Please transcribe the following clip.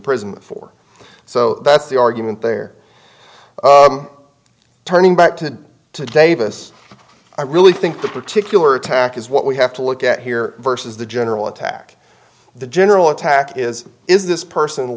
prison for so that's the argument they're turning back to to davis i really think that particular attack is what we have to look at here versus the general attack the general attack is is this person